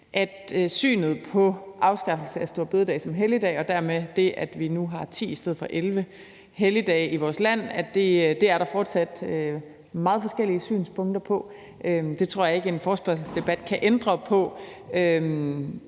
at afskaffelsen af store bededag som helligdag og dermed det, at vi nu har 10 i stedet for 11 helligdage i vores land, er der fortsat meget forskellige synspunkter på. Det tror jeg ikke en forespørgselsdebat kan ændre på.